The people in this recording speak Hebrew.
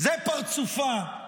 זה פרצופה,